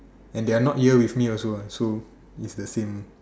and they are not here with me also what so it's the same